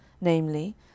namely